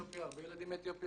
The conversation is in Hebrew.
הרבה ילדים מאתיופיה,